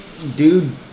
dude